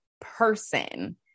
person